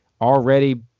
already